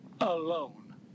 alone